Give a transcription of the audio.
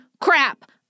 crap